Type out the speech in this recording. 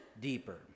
deeper